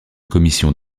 commission